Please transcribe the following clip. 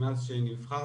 מאז שנבחרתי.